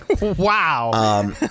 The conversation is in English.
Wow